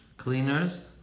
cleaners